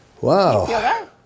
Wow